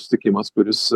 sutikimas kuris